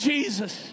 Jesus